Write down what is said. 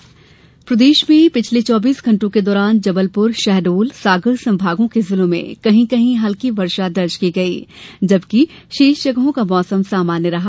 मौसम प्रदेश में पिछले चौबीस घण्टों के दौरान जबलपुर शहडोल सागर संभागों के जिलों में कहीं कहीं हल्की वर्षा दर्ज की गई जबकि शेष जगहों का मौसम सामान्य रहा